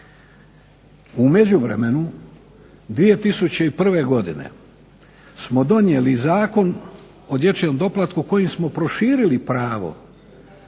U međuvremenu 2001. godine smo donijeli Zakon o dječjem doplatku kojim smo proširili pravo